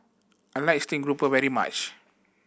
I like steamed grouper very much